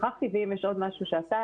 בבקשה.